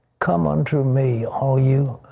come on to me all you,